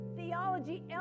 Theology